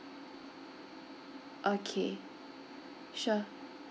okay sure